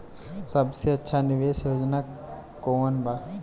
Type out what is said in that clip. सबसे अच्छा निवेस योजना कोवन बा?